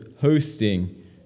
hosting